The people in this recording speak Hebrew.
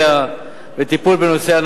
בשיעור של מחצית מסכום מס הרכישה שעליהם